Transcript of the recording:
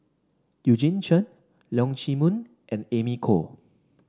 Eugene Chen Leong Chee Mun and Amy Khor